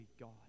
God